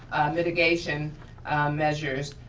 mitigation measures,